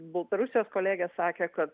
baltarusijos kolegė sakė kad